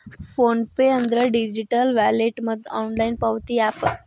phone pay ಅಂದ್ರ digital wallet ಮತ್ತ online ಪಾವತಿ ಯಾಪ್